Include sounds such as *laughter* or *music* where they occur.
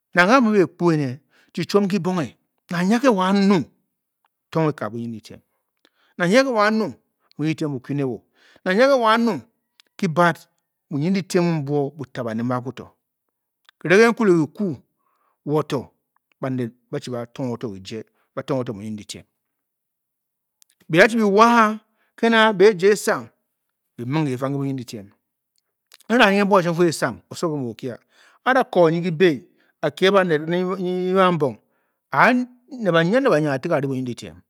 Nanghe a mu a-bě kpo énè chi chiom ki bonghe, Nang nyia ge wo a-nung, tong ekab bunyin-dyitìem, Nang nyia ge wo a-nung bunyin-dyitiem bu kye ne wo, nang nyia ge wo a-nung kibad bunyin-dyitiem bu-tǎ banéd mbe akwu to, renghe ke nkuleki kwu wo to baned ba-chi ba tong-o to kije, ba tong-o to bunyin-dyitiem. Byi da-chi be wa a, ke na be, ja esang bi mig ke fang ndi bunyin-dyitiem, n-ra nyin mbuop kashuu, n-fun, esang osowo nke mu o-kyi a. a-a da ko nyi ktibǐ a kie baned. *unintelligible* Ke banmbong ne banyia ne banyia a a ti gě a-ri bunyẽn-dyitiem